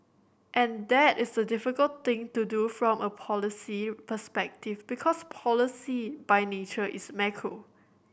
and that is the very difficult thing to do from a policy perspective because policy by nature is macro